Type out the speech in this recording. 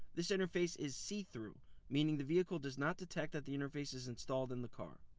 this interface is see-through meaning the vehicle does not detect that the interface is installed in the car.